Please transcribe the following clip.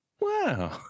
Wow